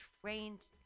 trained